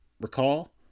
recall